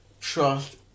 trust